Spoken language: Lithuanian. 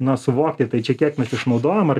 na suvokti tai čia kiek mes išnaudojam ar